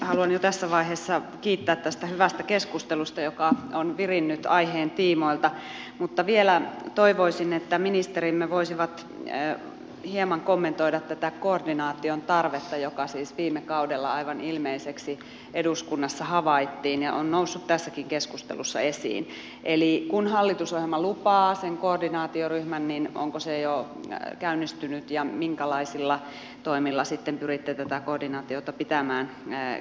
haluan jo tässä vaiheessa kiittää tästä hyvästä keskustelusta joka on virinnyt aiheen tiimoilta mutta vielä toivoisin että ministerimme voisivat hieman kommentoida tätä koordinaation tarvetta joka siis viime kaudella aivan ilmeiseksi eduskunnassa havaittiin ja on noussut tässäkin keskustelussa esiin eli kun hallitusohjelma lupaa sen koordinaatioryhmän niin onko se jo käynnistynyt ja minkälaisilla toimilla sitten pyritte tätä koordinaatiota pitämään kunnossa